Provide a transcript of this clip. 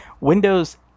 Windows